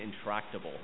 intractable